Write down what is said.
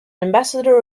ambassador